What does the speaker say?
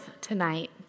tonight